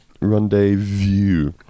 Rendezvous